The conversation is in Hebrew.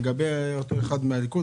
לגבי רואה החשבון מן הליכוד,